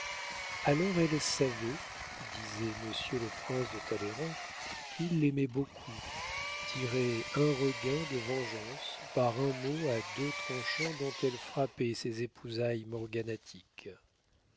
alors elle savait disait monsieur le prince de talleyrand qui l'aimait beaucoup tirer un regain de vengeance par un mot à deux tranchants dont elle frappait ces épousailles